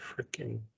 freaking